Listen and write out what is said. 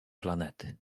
planety